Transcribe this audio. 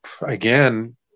again